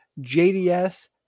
JDS